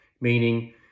Meaning